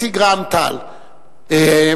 נציג רע"ם-תע"ל,